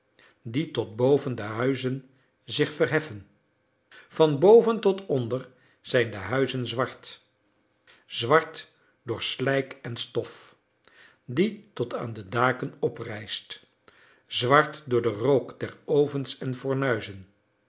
die tot boven de huizen zich verheffen van boven tot onder zijn de huizen zwart zwart door slijk en stof die tot aan de daken oprijst zwart door den rook der ovens en